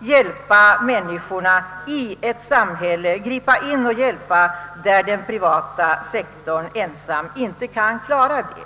hjälpa människorna i samhället — gripa in och hjälpa där den privata sektorn inte klarar det ensam.